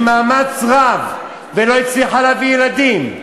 עם מאמץ רב, לא הצליחה להביא ילדים.